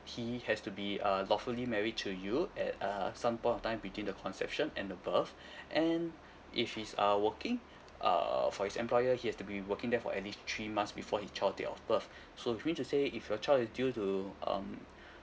he has to be uh lawfully married to you at uh some point of time between the conception and the birth and if he's err working err for his employer he has to be working there for at least three months before his child's date of birth so which means to say if your child is due to um